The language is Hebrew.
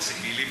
את ציפי לבני,